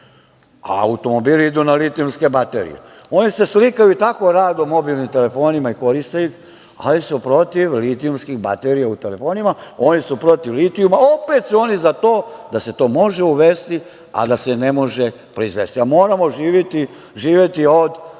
a automobili idu na litijumske baterije. Oni se slikaju tako rado mobilnim telefonima i koriste ih, ali su protiv litijumskih baterija u telefonima, oni su protiv litijuma. Opet su oni za to da se to može uvesti, a da se ne može proizvesti. Moramo živeti od